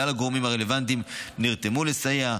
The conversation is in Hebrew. כלל הגורמים הרלוונטיים נרתמו לסייע,